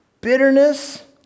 Bitterness